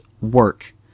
work